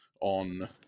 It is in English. on